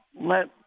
let